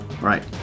Right